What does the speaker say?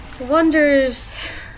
Wonders